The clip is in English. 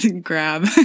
grab